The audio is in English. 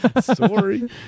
Sorry